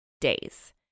days